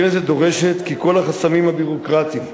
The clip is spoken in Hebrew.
הכנסת דורשת כי כל החסמים הביורוקרטיים,